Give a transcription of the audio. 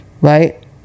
right